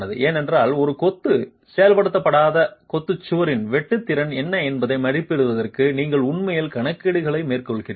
ஏனெனில் ஒரு கொத்து செயல்படுத்தப்படாத கொத்து சுவரின் வெட்டு திறன் என்ன என்பதை மதிப்பிடுவதற்கு நீங்கள் உண்மையில் கணக்கீடுகளை மேற்கொண்டுள்ளீர்கள்